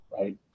Right